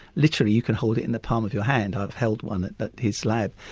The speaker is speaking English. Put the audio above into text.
literally you can hold it in the palm of your hand, i've held one at but his lab,